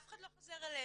אף אחד לא חוזר אליהם,